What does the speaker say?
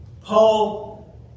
Paul